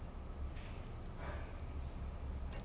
so he's like a lone wolf sort of thing lah